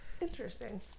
interesting